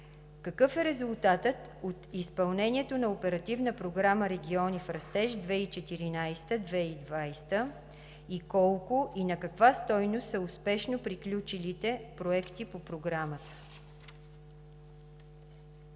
какъв е резултатът от изпълнението на Оперативна програма „Региони в растеж 2014 – 2020 г.“? Колко и на каква стойност са успешно приключилите проекти по Програмата?